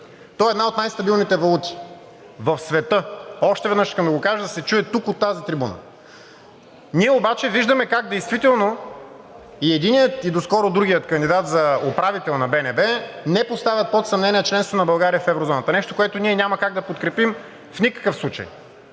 той е една от най-стабилните валути в света. Още веднъж искам да го кажа, да се чуе тук от тази трибуна. Ние обаче виждаме как действително и единият, и доскоро другият кандидат за управител на БНБ не поставят под съмнение членството на България в еврозоната – нещо, което ние няма как да подкрепим в никакъв случай.